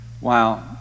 Wow